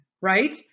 right